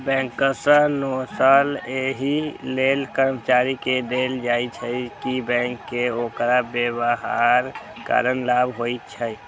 bankers bonus एहि लेल कर्मचारी कें देल जाइ छै, कि बैंक कें ओकर व्यवहारक कारण लाभ होइ छै